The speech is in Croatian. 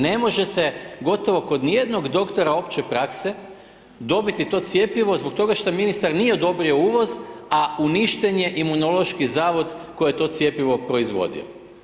Ne možete gotovo kod ni jednog doktora opće prakse dobiti to cjepivo zbog toga što ministar nije odobrio uvoz, a uništen je Imunološki zavod koji je to cjepivo proizvodio.